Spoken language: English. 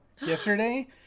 yesterday